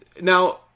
Now